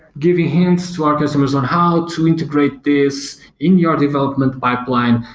giving hints to our customers on how to integrate this in your development pipeline.